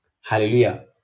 Hallelujah